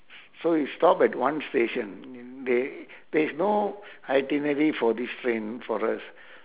so we stop at one station there there's no itinerary for this train for us